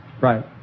Right